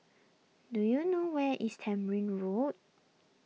do you know where is Tamarind Road